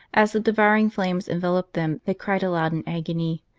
as the devouring flames enveloped them they cried aloud in agony,